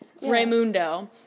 Raymundo